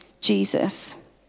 Jesus